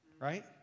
right